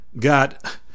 got